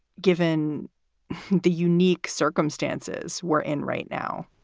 given the unique circumstances we're in right now?